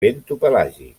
bentopelàgic